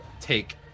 take